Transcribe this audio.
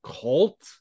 cult